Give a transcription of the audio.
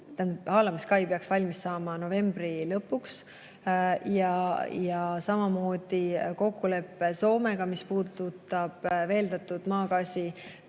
Haalamiskai peaks valmis saama novembri lõpuks. Kokkulepe Soomega, mis puudutab veeldatud maagaasi